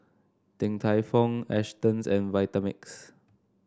Din Tai Fung Astons and Vitamix